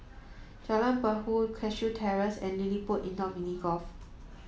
Jalan Perahu Cashew Terrace and LilliPutt Indoor Mini Golf